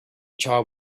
child